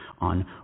on